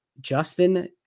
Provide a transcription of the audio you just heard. Justin